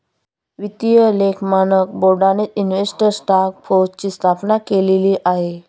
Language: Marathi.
वित्तीय लेख मानक बोर्डानेच इन्व्हेस्टर टास्क फोर्सची स्थापना केलेली आहे